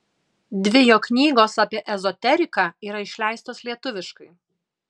dvi jo knygos apie ezoteriką yra išleistos lietuviškai